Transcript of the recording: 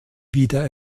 wieder